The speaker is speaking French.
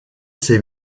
ses